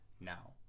now